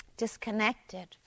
disconnected